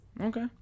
Okay